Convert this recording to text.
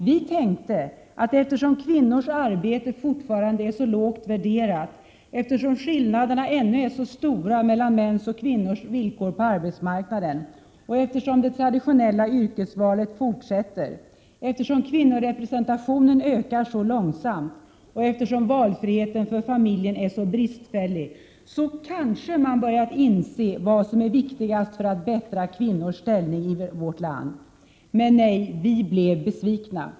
Vi tänkte, att eftersom kvinnors arbete fortfarande är så lågt värderat, eftersom skillnaderna ännu är så stora mellan mäns och kvinnors villkor på arbetsmarknaden, eftersom det traditionella yrkesvalet fortsätter, eftersom kvinnorepresentationen ökar så långsamt och eftersom valfriheten för familjen är så bristfällig, så kanske man börjat inse vad som är viktigast för att bättra kvinnors ställning i vårt land. Men nej! Vi blev besvikna.